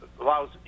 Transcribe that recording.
allows